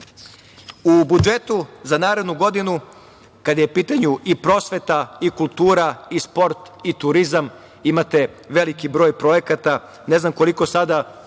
budžetu za narednu godinu, kada je u pitanju i prosveta i kultura i sport i turizam, imate veliki broj projekata, ne znam koliko sada